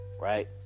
right